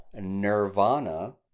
Nirvana